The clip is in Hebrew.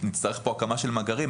נצטרך פה הקמה של מאגרים.